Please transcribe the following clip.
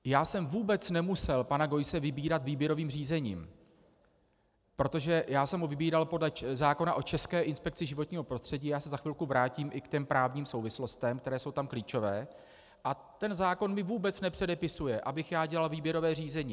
Já jsem vůbec nemusel pana Geusse vybírat výběrovým řízením, protože jsem ho vybíral podle zákona o České inspekci životního prostředí já se za chvilku vrátím i k těm právním souvislostem, které jsou tam klíčové a ten zákon mi vůbec nepředepisuje, abych dělal výběrové řízení.